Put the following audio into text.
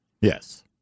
Yes